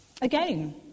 Again